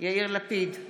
יאיר לפיד,